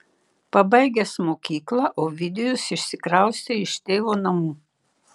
pabaigęs mokyklą ovidijus išsikraustė iš tėvo namų